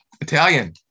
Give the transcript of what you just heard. Italian